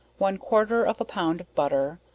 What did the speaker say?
one quarter of a pound of butter,